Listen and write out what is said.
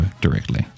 directly